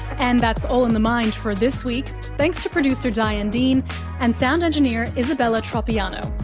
and that's all in the mind for this week. thanks to producer diane dean and sound engineer isabella tropiano.